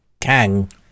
Kang